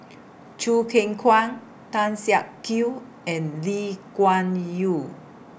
Choo Keng Kwang Tan Siak Kew and Lee Kuan Yew